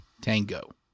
Tango